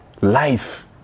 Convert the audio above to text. life